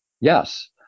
yes